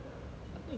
I think you should know